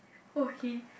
oh he